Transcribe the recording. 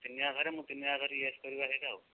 ତିନିଆ ଘରେ ମୁଁ ତିନିଆ ଧରିକି ଆସିପାରିବି ସେଇଟା ଆଉ